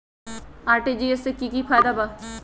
RTGS से की की फायदा बा?